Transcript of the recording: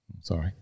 Sorry